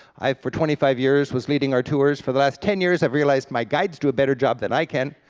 i, for twenty five years, was leading our tours, for the last ten years i've realized my guides do a better job than i can,